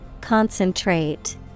Concentrate